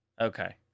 Okay